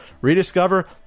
Rediscover